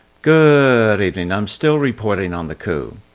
good evening, i'm still reporting on the coup.